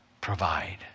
provide